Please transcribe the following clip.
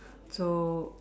so